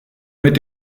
mit